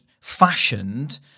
fashioned